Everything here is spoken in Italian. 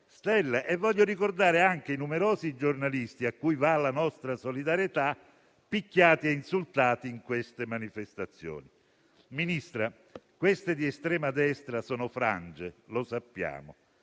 E voglio ricordare anche i numerosi giornalisti, cui va la nostra solidarietà, picchiati e insultati in queste manifestazioni. Signor Ministro, queste di estrema destra sono frange, lo sappiamo,